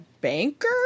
banker